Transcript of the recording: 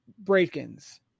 break-ins